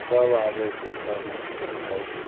सब आबै छै सब उठिके खाइ छै